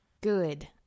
Good